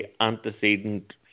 antecedent